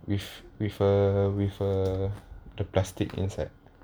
with with uh with uh the plastic inside